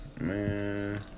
Man